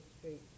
Street